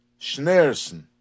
Schneerson